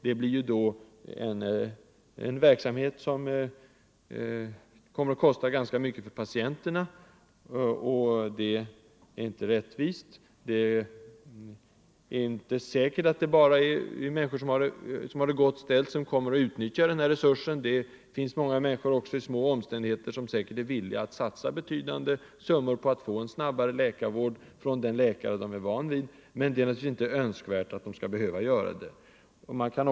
Det blir ju då en verksamhet som kommer att kosta ganska mycket för patienterna, och det är inte rättvist. Det är inte säkert att bara människor som har det gott ställt kommer att utnyttja den här resursen. Det finns också många människor i små omständigheter som är villiga att satsa betydande summor på att få en snabbare läkarvård av den läkare de är vana vid. Men det är naturligtvis inte önskvärt att de skall behöva betala denna högre kostnad.